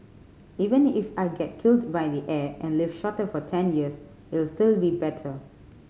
even if I get killed by the air and live shorter for ten years it'll still be better